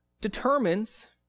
determines